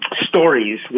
stories